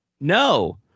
No